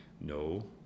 no